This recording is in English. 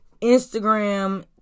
Instagram